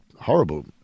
horrible